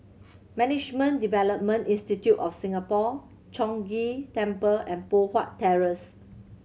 Management Development Institute of Singapore Chong Ghee Temple and Poh Huat Terrace